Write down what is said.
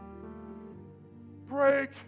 break